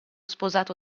sposato